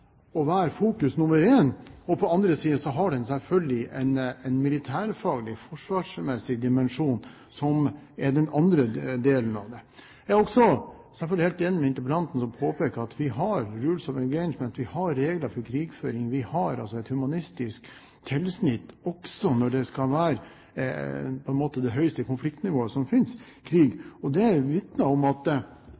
fokus nr. 1, og selvfølgelig den militærfaglige, forsvarsmessige dimensjonen som den andre delen av det. Jeg er selvfølgelig også helt enig med interpellanten, som påpeker at vi har «Rules of Engagement», vi har regler for krigføring, vi har et humanistisk tilsnitt også ved det høyeste konfliktnivået som fins – krig – og det vitner om at verden har gått videre. Man har fått en bevissthet i forhold til det,